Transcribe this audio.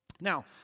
Now